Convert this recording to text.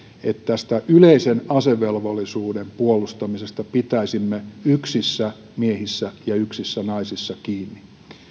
että tästä yleisen asevelvollisuuden puolustamisesta pitäisimme yksissä miehissä ja yksissä naisissa kiinni